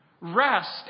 rest